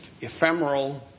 ephemeral